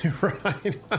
right